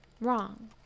wrong